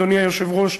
אדוני היושב-ראש,